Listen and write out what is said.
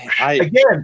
Again